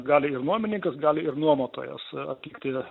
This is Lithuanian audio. gali ir nuomininkas gali ir nuomotojas atlikti